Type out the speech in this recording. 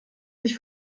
sich